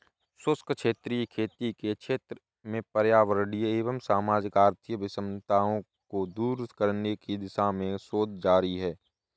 शुष्क क्षेत्रीय खेती के क्षेत्र में पर्यावरणीय एवं सामाजिक आर्थिक विषमताओं को दूर करने की दिशा में शोध जारी है